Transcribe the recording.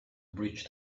bridge